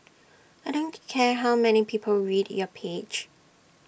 I don't care how many people read your page